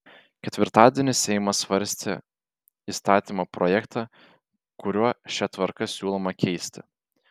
ketvirtadienį seimas svarstė įstatymo projektą kuriuo šią tvarką siūloma keisti